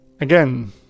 again